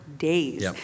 days